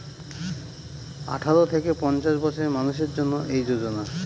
আঠারো থেকে পঞ্চাশ বছরের মানুষের জন্য এই যোজনা